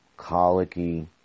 colicky